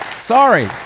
sorry